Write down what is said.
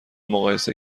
مقایسه